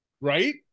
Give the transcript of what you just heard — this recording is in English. Right